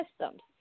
Systems